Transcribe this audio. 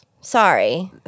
Sorry